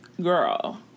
girl